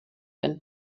and